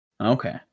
Okay